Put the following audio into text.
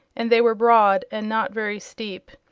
and they were broad and not very steep,